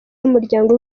n’umuryango